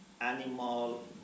animal